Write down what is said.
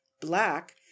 black